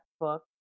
book